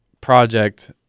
project